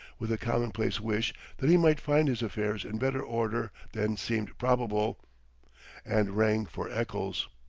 with a commonplace wish that he might find his affairs in better order than seemed probable and rang for eccles.